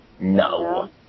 No